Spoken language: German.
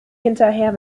hinterher